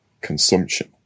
consumption